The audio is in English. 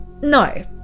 No